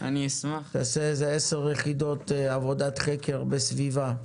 תעשה 10 יחידות עבודת חקר אישית בסביבה.